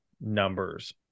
numbers